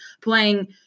playing